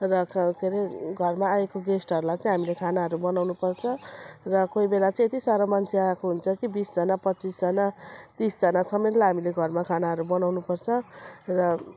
र खा के रे घरमा आएको गेस्टहरूलाई चाहिँ हामीले खानाहरू बनाउनुपर्छ र कोही बेला चाहिँ यति साह्रो मान्छे आएको हुन्छ कि बिसजना पच्चिसजना तिसजना समेतलाई हामीले घरमा खानाहरू बनाउनुपर्छ र